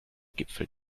gipfel